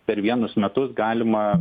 per vienus metus galima